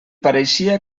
pareixia